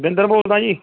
ਬਿੰਦਰ ਬੋਲਦਾ ਜੀ